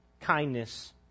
kindness